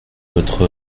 votre